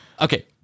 Okay